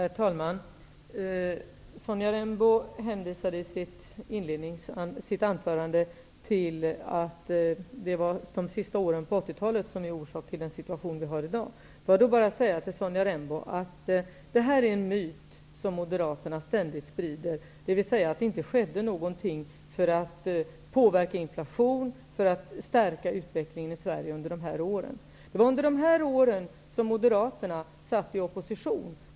Herr talman! Sonja Rembo hänvisade i sitt anförande till att det är de sista åren under 1980 talet som är anledning till dagens situation. Sonja Rembo! Det är en myt, som Moderaterna ständigt sprider, att det inte skedde något för att påverka inflationen och stärka utvecklingen i Sverige under de här åren. Det var under de här åren som Moderaterna satt i opposition.